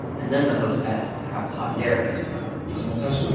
and then the host asks how javier is doing he says